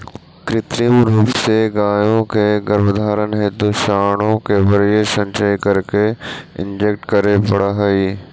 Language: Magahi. कृत्रिम रूप से गायों के गर्भधारण हेतु साँडों का वीर्य संचय करके इंजेक्ट करे पड़ हई